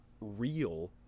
real